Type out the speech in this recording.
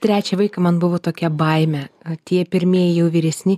trečią vaiką man buvo tokia baimė tie pirmieji jau vyresni